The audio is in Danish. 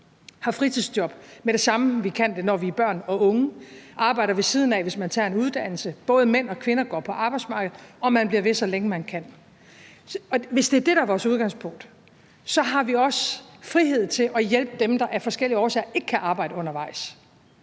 har fritidsjob med det samme, når vi kan, som børn og unge, og arbejder ved siden af, mens man tager en uddannelse. Både mænd og kvinder er på arbejdsmarkedet, og man bliver ved, så længe man kan. Hvis det er det, der er vores udgangspunkt, så har vi også frihed til at hjælpe dem, der af forskellige årsager ikke kan arbejde undervejs.